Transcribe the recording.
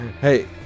Hey